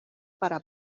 para